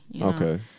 Okay